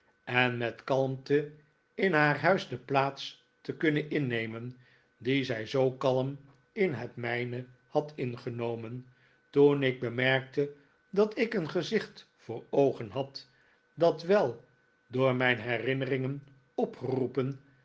en met kalmte in haar huis de plaats te kunnen innemen die zij zoo kalm in het mijne had ingenomen toen ik bemerkte dat ik een gezicht voor oogen had dat wel door mijn herinneringen opgeroepen